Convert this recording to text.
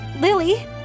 Lily